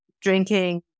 Drinking